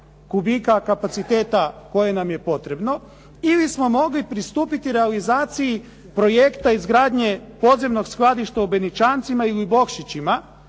kubika kapaciteta koje nam je potrebno ili smo mogli pristupiti realizaciji projekta izgradnje podzemnog skladišta u Benićancima ili Bokšićima.